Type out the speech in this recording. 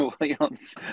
Williams